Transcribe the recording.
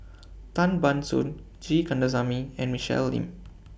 Tan Ban Soon G Kandasamy and Michelle Lim